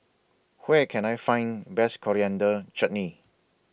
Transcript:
Where Can I Find Best Coriander Chutney